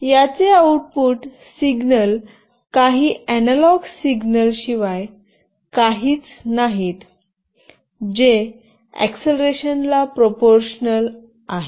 याचे output signal काही analog signal शिवाय काहीच नाहीत जे एक्ससलरेशन ला प्रपोरशनल आहेत